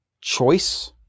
choice